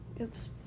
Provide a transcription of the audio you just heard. Oops